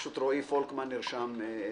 פשוט רועי פולקמן נרשם לפניך.